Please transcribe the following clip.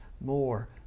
more